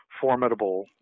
formidable